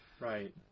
right